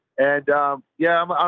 and yeah,